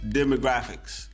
demographics